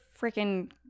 freaking